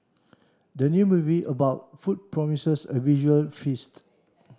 the new movie about food promises a visual feast